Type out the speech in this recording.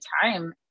time